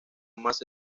más